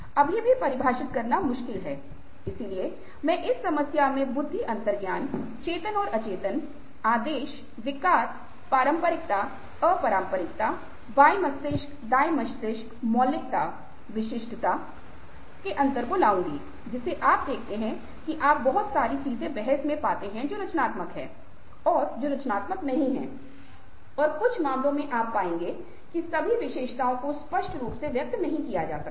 अभी भी परिभाषित करना मुश्किल है इसलिए मैं इस समस्या में बुद्धि अंतर्ज्ञान चेतन और अचेतन आदेश विकार पारंपरिक अपरंपरागत बाएं मस्तिष्क दायां मस्तिष्क मौलिकता विशिष्टता अंतर को लाऊँगा जिसे आप देखते हैं कि आप बहुत सारी चीजें बहस मे पाते हैं जो रचनात्मक है जो रचनात्मक नहीं है और कुछ मामलों में आप पाएंगे कि सभी विशेषताओं को स्पष्ट रूप से व्यक्त नहीं किया जा सकता है